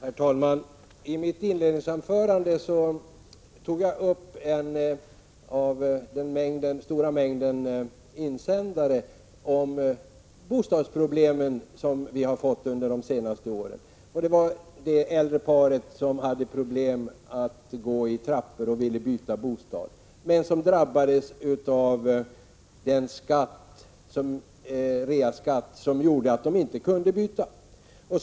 Herr talman! I mitt inledningsanförande tog jag upp en av den stora mängd insändare om bostadsproblemen som har skrivits under den senaste tiden och som handlade om det äldre paret som hade problem att gå i trappor och ville byta bostad men som drabbades av reavinstskatten och därför inte kunde byta bostad.